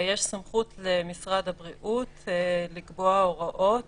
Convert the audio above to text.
יש סמכות למשרד הבריאות לקבוע הוראות